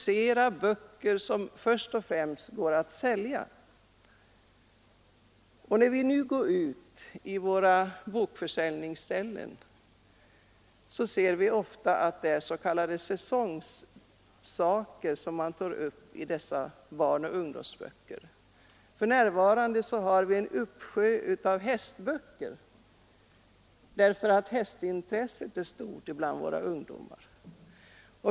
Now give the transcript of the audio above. De kanske först och främst får lov att producera böcker som går att sälja. På våra bokförsäljningsställen kan vi se att det först och främst är s.k. säsongsaker som tas upp i barnoch ungdomsböckerna. För närvarande finns det en uppsjö av hästböcker, därför att hästintresset är stort bland våra ungdomar.